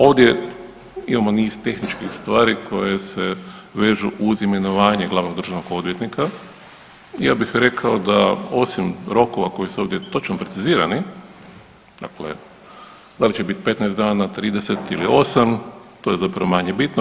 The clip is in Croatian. Ovdje imamo niz tehničkih stvari koje se vežu uz imenovanje glavnog državnog odvjetnika i ja bih rekao da osim rokova koji su ovdje točno precizirani dakle da li će biti 15 dana, 30 ili 8 to je zapravo manje bitno.